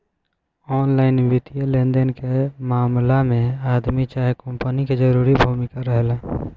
online वित्तीय लेनदेन के मामला में आदमी चाहे कंपनी के जरूरी भूमिका रहेला